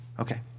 Okay